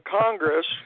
Congress